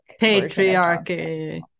patriarchy